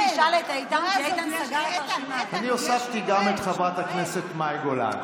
אני הוספתי גם את חברת הכנסת מאי גולן.